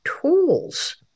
tools